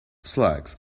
slugs